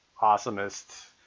awesomest